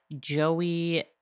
Joey